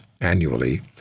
annually